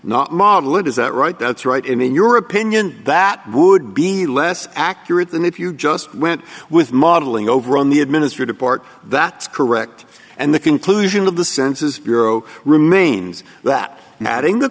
not model it is that right that's right in your opinion that would be less accurate than if you just went with modeling over on the administrative part that's correct and the conclusion of the census bureau remains that adding the